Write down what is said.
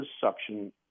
suction